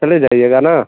चले जाइएगा न